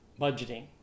Budgeting